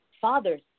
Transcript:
fathers